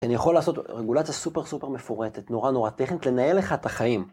אני יכול לעשות רגולציה סופר סופר מפורטת, נורא נורא טכנית, לנהל לך את החיים.